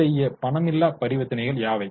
இத்தகைய பணமில்லா பரிவர்த்தனைகள் யாவை